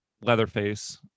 Leatherface